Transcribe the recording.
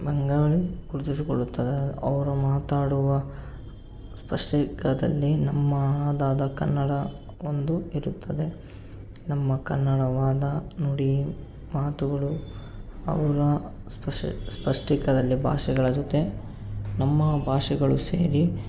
ಬೆಂಗಾಳಿ ಗುರುತಿಕೊಳ್ಳುತ್ತದೆ ಅವರು ಮಾತಾಡುವ ಸ್ಪಷ್ಟಿಕದಲ್ಲಿ ನಮ್ಮದಾದ ಕನ್ನಡ ಒಂದು ಇರುತ್ತದೆ ನಮ್ಮ ಕನ್ನಡವಾದ ನುಡಿ ಮಾತುಗಳು ಅವರ ಸ್ಪಷ್ಟಿ ಸ್ಪಷ್ಟಿಕದಲ್ಲಿ ಭಾಷೆಗಳ ಜೊತೆ ನಮ್ಮ ಭಾಷೆಗಳು ಸೇರಿ